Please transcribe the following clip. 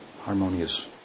harmonious